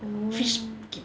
fish